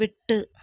விட்டு